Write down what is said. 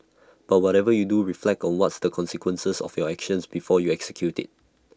but whatever you do reflect on what's the consequences of your action before you execute IT